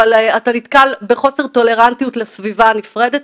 אתה נתקל בחוסר טולרנטיות לסביבה הנפרדת,